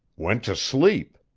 went to sleep,